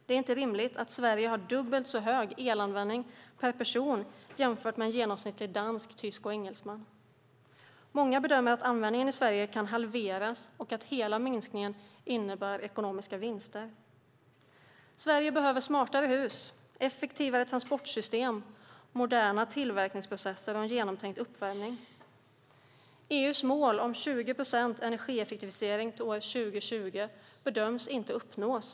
Det är inte rimligt att Sverige har dubbelt så hög elanvändning per person som en genomsnittlig dansk, tysk eller engelsman. Många bedömer att användningen i Sverige kan halveras och att hela minskningen innebär ekonomiska vinster. Sverige behöver smartare hus, effektivare transportsystem, moderna tillverkningsprocesser och en genomtänkt uppvärmning. EU:s mål om 20 procent energieffektivisering till år 2020 bedöms inte bli uppnått.